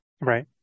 Right